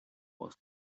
was